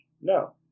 No